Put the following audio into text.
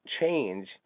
change